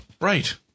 Right